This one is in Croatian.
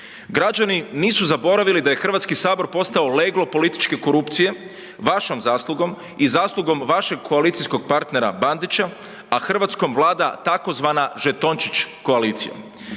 Građani nisu zaboravili da je HS postao leglo političke korupcije vašom zaslugom i zaslugom vašeg koalicijskog partnera Bandića, a Hrvatskom vlada tzv. žetončić koalicija.